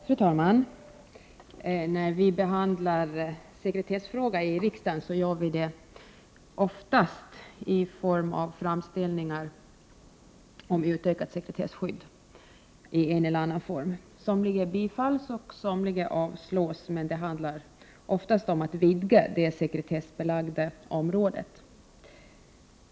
Fru talman! När vi behandlar sekretessfrågor här i riksdagen, gör vi det oftast med utgångspunkt i framställningar om utökat sekretesskydd i en eller annan form. Somliga bifalls, somliga avslås, men oftast handlar det om att vidga det sekretessbelagda området.